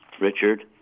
Richard